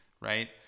right